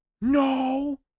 No